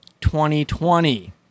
2020